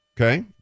Okay